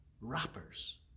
rappers